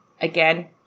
again